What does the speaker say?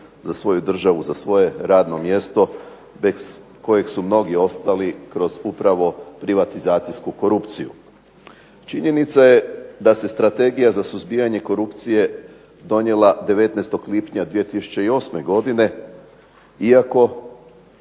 za svoju državu, za svoje radno mjesto bez kojeg su mnogi ostali kroz upravo privatizacijsku korupciju. Činjenica je da se Strategija za suzbijanje korupcije donijela 19. lipnja 2008. godine iako